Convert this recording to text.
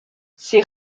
ses